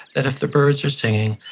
that if the birds are singing,